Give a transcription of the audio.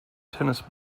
tennis